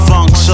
Funk